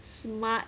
smart